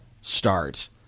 start